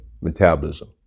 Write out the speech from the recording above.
metabolism